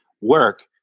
work